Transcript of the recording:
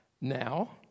Now